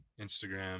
instagram